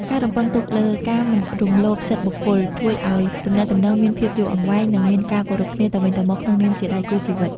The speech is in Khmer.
ការរំពឹងទុកលើ "ការមិនរំលោភសិទ្ធិបុគ្គល" ជួយឱ្យទំនាក់ទំនងមានភាពយូរអង្វែង និងមានការគោរពគ្នាទៅវិញទៅមកក្នុងនាមជាដៃគូជីវិត។